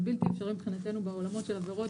זה בלתי אפשרי מבחינתנו בעולמות של עבירות